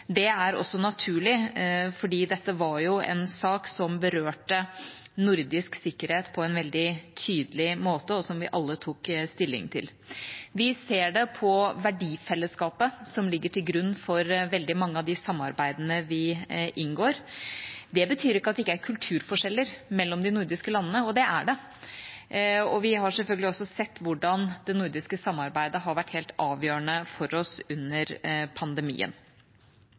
Det er også naturlig, for dette var jo en sak som berørte nordisk sikkerhet på en veldig tydelig måte, og som vi alle tok stilling til. Vi ser det på verdifellesskapet som ligger til grunn for veldig mange av de samarbeidene vi inngår. Det betyr ikke at det ikke er kulturforskjeller mellom de nordiske landene, det er det. Vi har selvfølgelig også sett hvordan det nordiske samarbeidet har vært helt avgjørende for oss under pandemien.